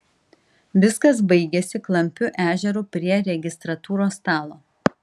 viskas baigėsi klampiu ežeru prie registratūros stalo